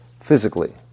physically